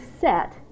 set